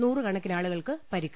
നൂറുകണക്കിനാളുകൾക്ക് പരിക്ക്